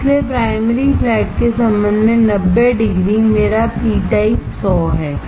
इसलिए primary flat के संबंध में 90 डिग्री मेरा पी टाइप 100 है